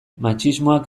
matxismoak